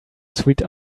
sweet